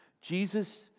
Jesus